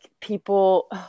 people